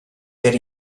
per